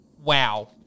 Wow